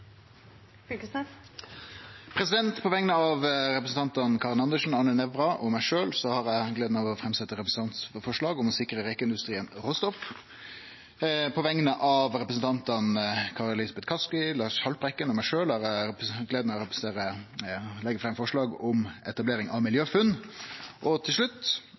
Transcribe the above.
På vegner av representantane Karin Andersen, Arne Nævra og meg sjølv har eg gleda av å setje fram representantforslag om å sikre rekeindustrien råstoff. På vegner av representantane Kari Elisabeth Kaski, Lars Haltbrekken og meg sjølv har eg gleda av å leggje fram forslag om etablering av MiljøFUNN. Og til slutt: